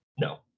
no